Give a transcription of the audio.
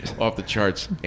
off-the-charts